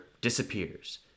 disappears